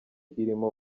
irimo